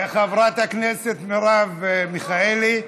חברת הכנסת מרב מיכאלי,